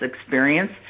experience